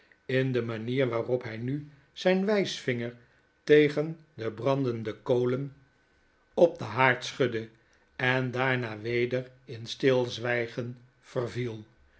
in de manier waarop hij nu zyn wysvinger tegen de brandende kolen op den haard schudde en daarna weder in stilzwijgen verviel